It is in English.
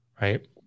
right